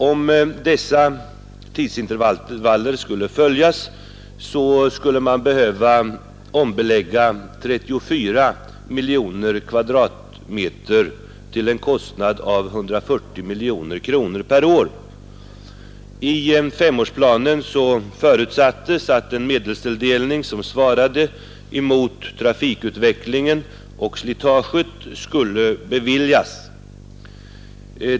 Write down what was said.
Om dessa tidsintervaller skulle följas, skulle man behöva ombelägga 34 miljoner kvadratmeter, till en kostnad av 140 miljoner kronor per år. I femårsplanen förutsattes att en medelstilldelning som svarade emot trafikutvecklingen och slitaget skulle beviljas.